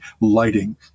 lighting